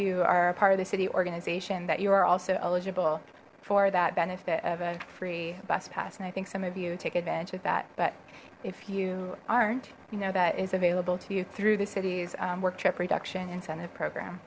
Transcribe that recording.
you are a part of the city organization that you are also eligible for that benefit of a free bus pass and i think some of you take advantage of that but if you aren't you know that is available to you through the city's work trip reduction incentive program